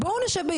בואו נשב,